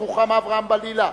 רוחמה אברהם-בלילא,